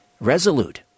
resolute